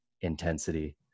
intensity